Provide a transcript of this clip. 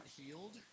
healed